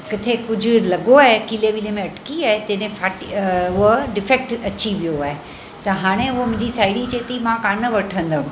किथे कुझु लॻो आहे किले विले में अटकी ऐं तिने फाटी उहा डिफेक्ट अची वियो आहेत हाणे उहा मुंहिंजी साहेड़ी चए थी मां कोनि वठंदमि